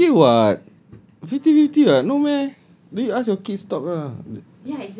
I did okay [what] fifty fifty [what] no meh then you ask your kids talk ah